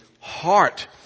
heart